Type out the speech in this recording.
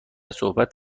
صحبت